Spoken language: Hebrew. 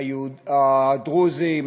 הדרוזים,